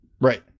Right